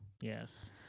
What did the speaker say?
Yes